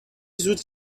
زود